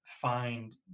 find